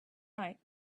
night